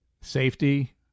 safety